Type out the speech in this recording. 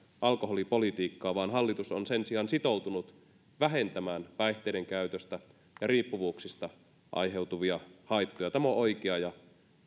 alkoholipolitiikkaa vaan hallitus on sen sijaan sitoutunut vähentämään päihteiden käytöstä ja riippuvuuksista aiheutuvia haittoja tämä on oikea ja